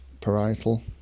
parietal